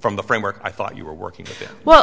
from the framework i thought you were working well